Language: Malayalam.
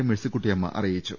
മേഴ്സിക്കുട്ടിയമ്മ അറിയിച്ചു